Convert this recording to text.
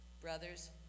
brothers